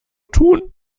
tun